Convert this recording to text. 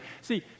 See